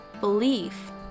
belief